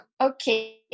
Okay